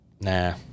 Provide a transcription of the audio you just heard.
Nah